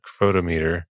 photometer